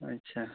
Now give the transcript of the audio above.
ᱟᱪᱪᱷᱟ